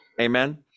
amen